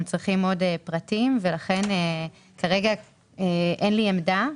הם צריכים עוד פרטים וכרגע אין לי עמדה.